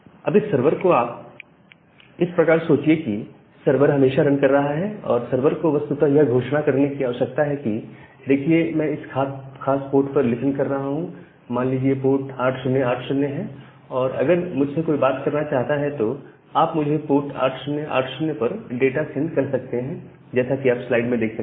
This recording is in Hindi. अब इस सर्वर को आप इस प्रकार सोचिए कि सर्वर हमेशा रन कर रहा है और सर्वर को वस्तुतः यह घोषणा करने की आवश्यकता है कि देखिए मैं इस खास पोर्ट पर लिसन कर रहा हूं मान लीजिए पोर्ट 8080 है और अगर मुझसे कोई बात करना चाहता है तो आप मुझे पोर्ट 8080 पर डाटा सेंड कर सकते हैं जैसा कि आप स्लाइड में देख सकते हैं